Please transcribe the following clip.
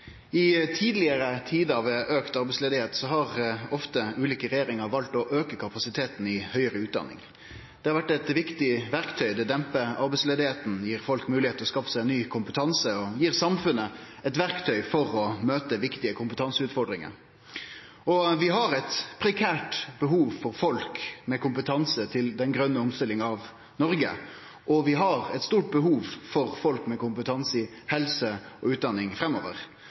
I tidlegare tider med auka arbeidsløyse har ofte ulike regjeringar valt å auke kapasiteten i høgare utdanning. Det har vore eit viktig verktøy: Det dempar arbeidsløysa, gir folk moglegheita til å skaffe seg ny kompetanse og gir samfunnet eit verktøy for å møte viktige kompetanseutfordringar. Vi har eit prekært behov for folk med kompetanse til den grøne omstillinga av Noreg, og vi har eit stort behov for folk med kompetanse innanfor helse og utdanning framover.